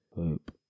Hope